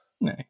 No